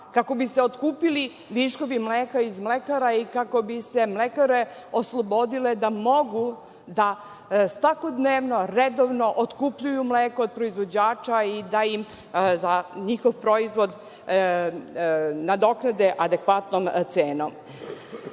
kako bi se otkupili viškovi mleka iz mlekara i kako bi se mlekare oslobodile da mogu da svakodnevno, redovno otkupljuju mleko od proizvođača i da im za njihov proizvod nadoknade adekvatnom cenom. Želim